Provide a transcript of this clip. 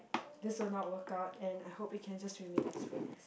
this will not work out and I hope we can just remain as friends